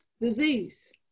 disease